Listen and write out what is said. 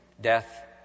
death